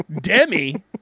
Demi